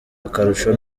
akarusho